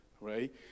right